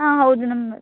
ಹಾಂ ಹೌದು ನಮ್ಮ